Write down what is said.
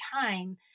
time